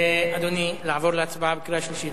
אדוני, לעבור להצבעה בקריאה שלישית?